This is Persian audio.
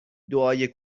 دعای